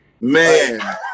Man